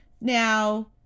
Now